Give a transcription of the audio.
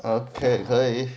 orh 可以